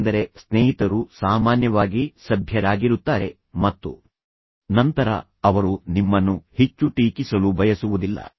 ಏಕೆಂದರೆ ಸ್ನೇಹಿತರು ಸಾಮಾನ್ಯವಾಗಿ ಸಭ್ಯರಾಗಿರುತ್ತಾರೆ ಮತ್ತು ನಂತರ ಅವರು ನಿಮ್ಮನ್ನು ಹೆಚ್ಚು ಟೀಕಿಸಲು ಬಯಸುವುದಿಲ್ಲ